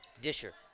Disher